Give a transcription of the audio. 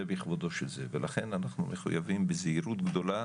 בכבודו של זה ולכן אנחנו מחויבים בזהירות גדולה